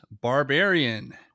Barbarian